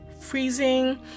freezing